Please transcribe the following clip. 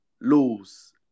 lose